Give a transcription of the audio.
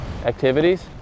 activities